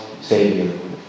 savior